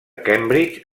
cambridge